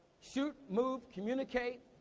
shoot, move, communicate,